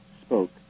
spoke